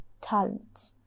talent